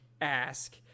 ask